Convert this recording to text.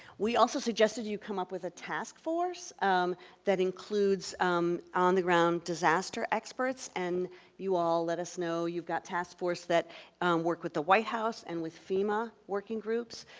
we also suggested you come up with a task force um that includes um on the ground disaster experts and you all let us know you've got task force that work with the white house and with fema working groups,